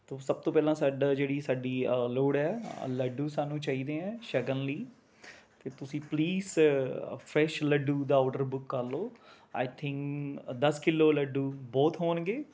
ਤਾਂ ਸਭ ਤੋਂ ਪਹਿਲਾਂ ਸਾਡਾ ਜਿਹੜੀ ਸਾਡੀ ਲੋੜ ਹੈ ਲੱਡੂ ਸਾਨੂੰ ਚਾਹੀਦੇ ਹੈ ਸ਼ਗਨ ਲਈ ਅਤੇ ਤੁਸੀਂ ਪਲੀਸ ਫਰੈਸ਼ ਲੱਡੂ ਦਾ ਔਰਡਰ ਬੁੱਕ ਕਰ ਲਉ ਆਈ ਥਿੰਕ ਦਸ ਕਿਲੋ ਲੱਡੂ ਬਹੁਤ ਹੋਣਗੇ